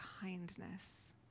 kindness